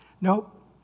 Nope